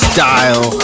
Style